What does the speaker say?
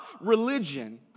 religion